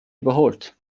überholt